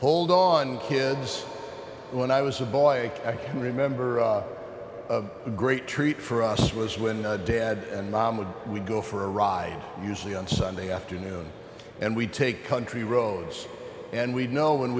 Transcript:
hold on kids when i was a boy i can remember a great treat for us was when dead and mom would we go for a ride usually on sunday afternoon and we'd take country roads and we'd know when